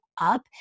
up